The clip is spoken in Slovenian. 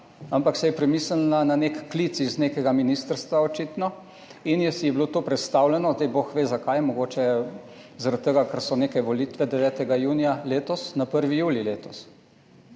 ampak si je premislila, na nek klic iz nekega ministrstva, očitno, in je bilo to prestavljeno, bog ve, zakaj, mogoče zaradi tega, ker so neke volitve 9. junija letos, na 1. julij letos.